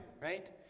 right